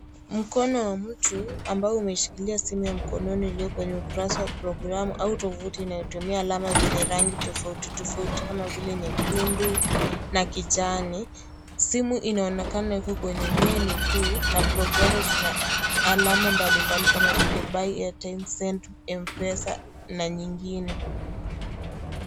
Mkono wa mtu ambao umeshikilia simu ya mkononi iliyo kwenye ukurasa wa programu au tovuti inayotumia alama zenye rangi tofauti tofauti kama vile nyekundu na kijani. SImu inaonekana iko kwenye munyu kuu na programu zina alama mbalimbali kama vile by airtime, send , Mpesa na nyingine.